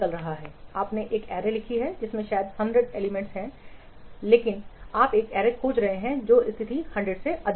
आपने एक एररे लिखी है शायद 100 एलिमेंट्स एररे लेकिन आप एक Array खोज रहे हैं जो स्थिति 100 से अधिक है